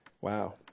Wow